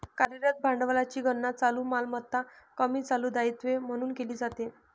कार्यरत भांडवलाची गणना चालू मालमत्ता कमी चालू दायित्वे म्हणून केली जाते